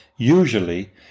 Usually